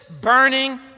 burning